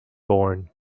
born